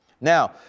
Now